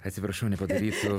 atsiprašau nepadarysiu